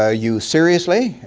ah you seriously,